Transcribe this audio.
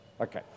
Okay